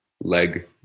leg